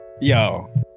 Yo